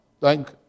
Thank